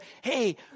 hey